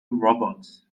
roberts